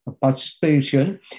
participation